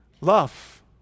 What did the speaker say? Love